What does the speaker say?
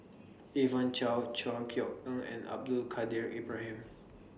Evon Kow Chor Yeok Eng and Abdul Kadir Ibrahim